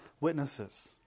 witnesses